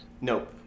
Nope